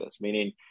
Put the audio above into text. meaning